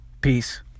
Peace